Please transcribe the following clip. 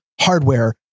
hardware